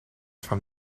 from